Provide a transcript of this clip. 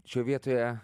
šioj vietoje